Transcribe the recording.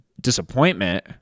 disappointment